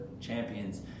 champions